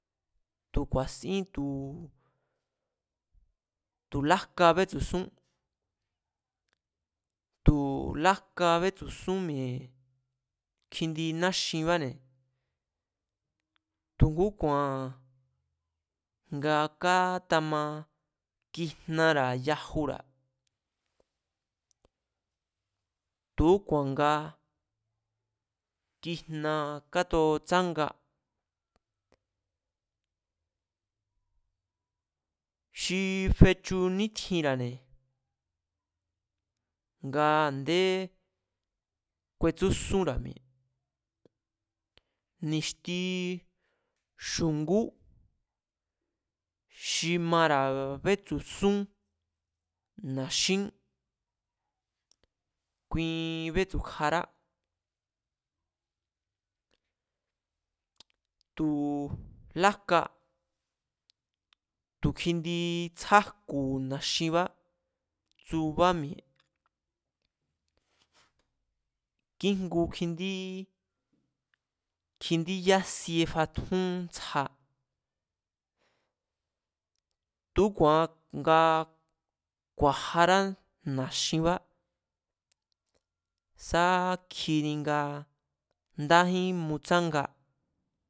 Tu̱ ku̱a̱sín tu̱ lájka bétsu̱sún, tu̱ lájka betsu̱sún mi̱e̱ kjindi náxinbáne̱, tu̱kúku̱a̱n nga kátama kijnara̱ yajura̱, tu̱úku̱a̱ nga kijna kátuotsánga. xi fechu nítjinra̱ne̱ nga a̱ndé ku̱e̱tsúsúnra̱ mi̱e̱. Ni̱xti xu̱ngú xi mara̱ bétsu̱sún na̱xín, kui bétsu̱kjará, tu̱ lájka tu̱ kjindi tsájku̱ na̱xinbá tsubá mi̱e̱, kíjngu kjindí yásie fatjún ntsja, tu̱úku̱a̱ nga ku̱a̱jará na̱xinbá sá kjini nga ndájín mutsánga